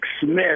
Smith